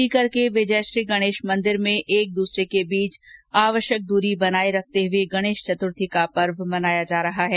सीकर के विजयश्री गणेश मंदिर में एक दूसरे के बीच जरूरी दूरी बनाए रखते हुए गणेश चतुर्थी को पर्व मनाया जा रहा है